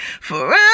Forever